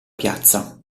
piazza